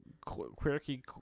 quirky